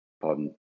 Pardon